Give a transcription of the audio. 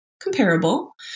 comparable